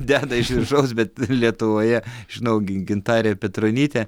deda iš viršaus bet lietuvoje žinau gi gintarė petronytė